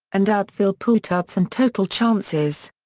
and outfield putouts and total chances.